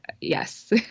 Yes